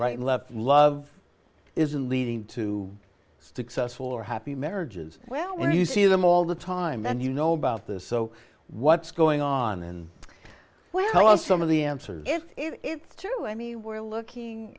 right and left love isn't leading to successful or happy marriages well when you see them all the time and you know about this so what's going on then well some of the answers if it's true i mean we're looking